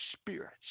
spirits